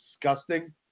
disgusting